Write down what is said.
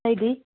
ꯑꯇꯩꯗꯤ